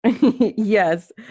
Yes